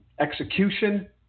execution